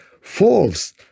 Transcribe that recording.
false